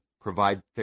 provide